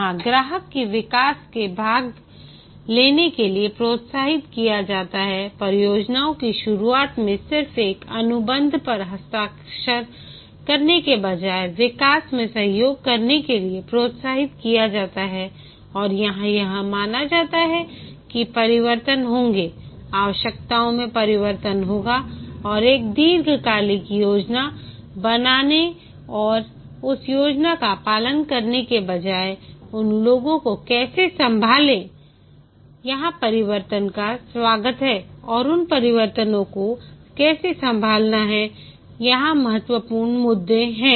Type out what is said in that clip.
यहाँ ग्राहक को विकास में भाग लेने के लिए प्रोत्साहित किया जाता हैपरियोजना की शुरुआत में सिर्फ एक अनुबंध पर हस्ताक्षर करने के बजाय विकास में सहयोग करने के लिए प्रोत्साहित किया जाता है और यहाँ यह माना जाता है कि परिवर्तन होंगे आवश्यकताओं में परिवर्तन होगा और एक दीर्घकालिक योजना बनाने और उस योजना का पालन करने के बजाय उन लोगों को कैसे संभालें यहाँ परिवर्तनों का स्वागत है और उन परिवर्तनों को कैसे संभालना है यहाँ महत्वपूर्ण मुद्दे हैं